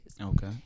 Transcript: Okay